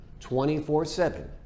24-7